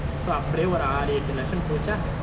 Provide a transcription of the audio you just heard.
so அப்டே ஒரு ஆரு எட்டு:apde oru aaru ettu lesson போச்சா:pocha